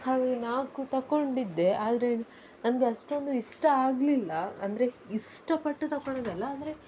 ಹಾಗಾಗಿ ನಾಲ್ಕು ತಗೊಂಡಿದ್ದೆ ಆದರೆ ನನಗೆ ಅಷ್ಟೊಂದು ಇಷ್ಟ ಆಗಲಿಲ್ಲ ಅಂದರೆ ಇಷ್ಟಪಟ್ಟು ತಗೊಂಡದ್ದಲ್ಲ ಆದರೆ